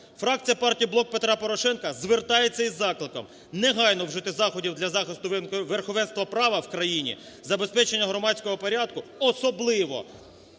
Фракція партії "Блок Петра Порошенка" звертається із закликом негайно вжити заходів для захисту верховенства права в країні, забезпечення громадського порядку особливо